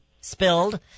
spilled